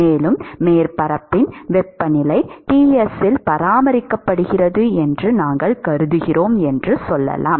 மேலும் மேற்பரப்பின் வெப்பநிலை Ts இல் பராமரிக்கப்படுகிறது என்று நாங்கள் கருதுகிறோம் என்று சொல்லலாம்